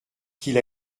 qu’il